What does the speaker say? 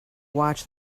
watch